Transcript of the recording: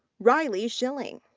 riley schilling.